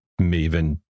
Maven